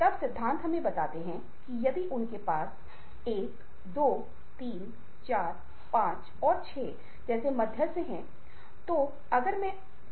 और जब हम अन्य व्यक्तियों की भावनाओं को समझने और पहचानने के लिए हमने चेहरे को देखने के माध्यम से पहचाना आंखों के संपर्क का अवलोकन किया उनकी टोन या आवाज सुनी और अन्य शरीर की भाषाएं देखा